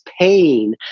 pain